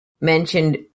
mentioned